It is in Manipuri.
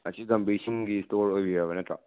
ꯑꯁꯤ ꯒꯝꯚꯤꯔꯁꯤꯡꯒꯤ ꯁ꯭ꯇꯣꯔ ꯑꯣꯏꯕꯤꯔꯕ ꯅꯠꯇ꯭ꯔꯣ